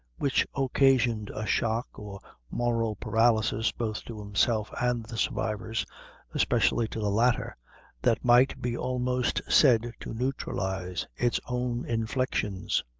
which occasioned a shock or moral paralysis both to himself and the survivors especially to the latter that might, be almost said to neutralize its own inflictions.